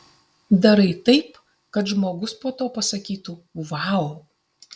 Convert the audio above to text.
darai taip kad žmogus po to pasakytų vau